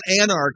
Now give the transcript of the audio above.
anarchy